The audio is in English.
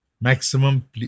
maximum